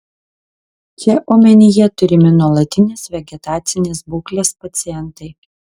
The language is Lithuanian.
čia omenyje turimi nuolatinės vegetacinės būklės pacientai